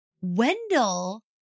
Wendell